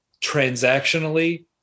transactionally